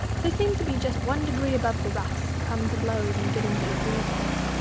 they seem to be just one degree above the roughs who come to blows and get into the police court.